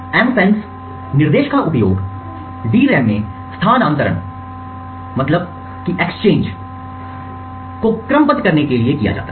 MFENCE निर्देश का उपयोग DRAM में स्थानान्तरण को क्रमबद्ध करने के लिए किया जाता है